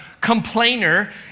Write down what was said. complainer